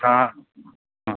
ആ അ